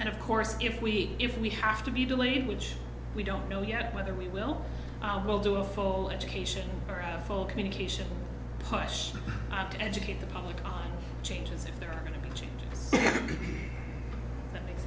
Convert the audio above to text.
and of course if we if we have to be delayed which we don't know yet whether we will hold to a foal education or a full communication push to educate the public on changes if there are going to be changes that make